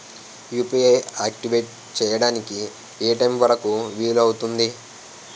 UPI activate చెయ్యడానికి ఏ time వరుకు వీలు అవుతుంది?